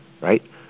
right